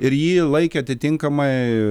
ir jį laikė atitinkamai